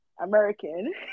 American